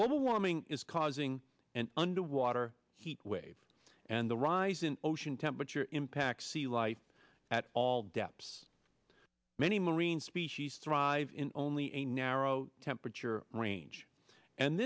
warming is causing an underwater heatwave and the rising ocean temperature impacts sea life at all depths many marine species thrive in only a narrow temperature range and